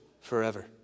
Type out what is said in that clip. forever